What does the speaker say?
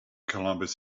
columbus